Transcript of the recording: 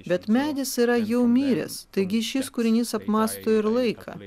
bet medis yra jau miręs taigi šis kūrinys apmąsto ir laiką